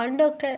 പണ്ടൊക്കെ